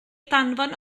danfon